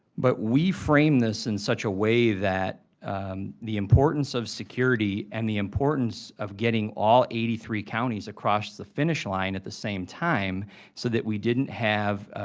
but we framed this in such a way that the importance of security and the importance of getting all eighty three counties across the finish line at the same time so that we didn't have,